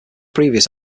previous